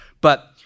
But-